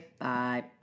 bye